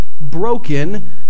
broken